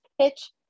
pitch